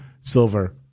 silver